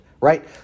right